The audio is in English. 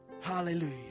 Hallelujah